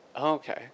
Okay